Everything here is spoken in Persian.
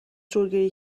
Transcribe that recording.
زورگیری